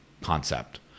concept